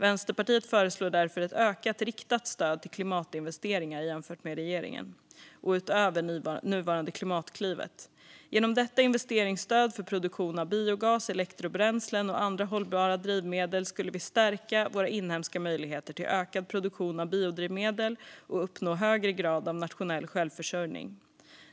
Vänsterpartiet föreslår därför ett ökat riktat stöd till klimatinvesteringar jämfört med regeringen och utöver nuvarande Klimatklivet. Genom detta investeringsstöd för produktion av biogas, elektrobränslen och andra hållbara drivmedel skulle vi stärka våra inhemska möjligheter till ökad produktion av biodrivmedel och uppnå högre grad av nationell självförsörjning.